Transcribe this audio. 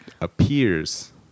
appears